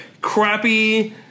crappy